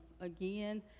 again